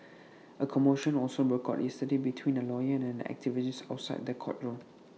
A commotion also broke out yesterday between A lawyer and an activist outside the courtroom